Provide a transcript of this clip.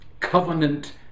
covenant